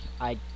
I-